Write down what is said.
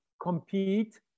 compete